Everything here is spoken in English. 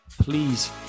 please